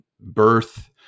birth